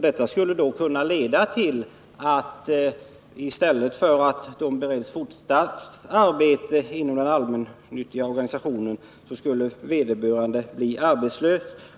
Detta skulle kunna leda till att en person i stället för att beredas fortsatt arbete inom en organisation skulle bli arbetslös.